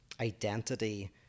identity